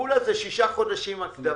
זה בסך הכול שישה חודשים הקדמה.